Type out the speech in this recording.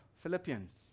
Philippians